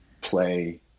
play